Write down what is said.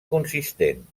consistent